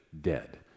dead